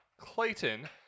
Clayton